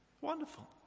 Wonderful